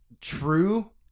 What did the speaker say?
true